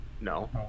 no